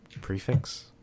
prefix